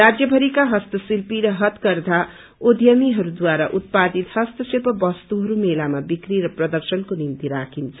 राज्य भरीका हस्तशिल्पी र हथकरधा उध्यमिहरूद्वारा उत्पादित हस्तशिल्प बस्तुहरू मेलामा बिक्की र प्रर्दशनको निम्ति राखिन्छ